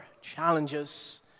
challenges